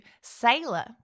Sailor